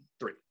three